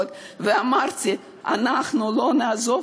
אם אני כבר עליתי,